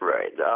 Right